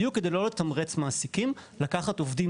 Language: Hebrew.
בדיוק כדי לא לתמרץ מעסיקים לקחת עובדים